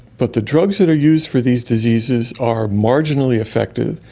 but the drugs that are used for these diseases are marginally effective,